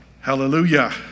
Hallelujah